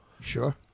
Sure